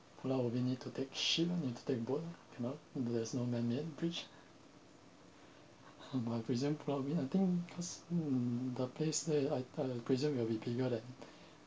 pulau ubin need to take ship ah need to take boat ah no there's no man made bridge hmm my presume pulau ubin I think cause the place there I I presume it will be bigger than